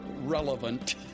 relevant